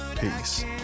peace